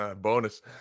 Bonus